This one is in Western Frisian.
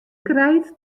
krijt